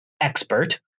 expert